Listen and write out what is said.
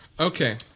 okay